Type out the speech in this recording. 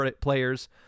players